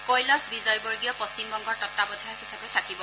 কৈলাশ বিজয়বৰ্গীয় পশ্চিমবংগৰ তত্বাৱধায়ক হিচাবে থাকিব